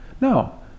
No